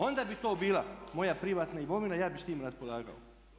Onda bi to bila moja privatna imovina, ja bih s time raspolagao.